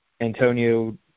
Antonio